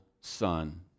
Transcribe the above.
son